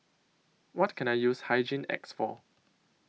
What Can I use Hygin X For